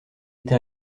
été